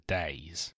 days